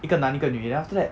一个男一个女 then after that